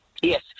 yes